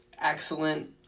excellent